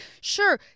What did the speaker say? sure